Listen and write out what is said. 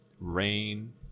rain